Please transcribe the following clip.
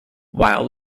while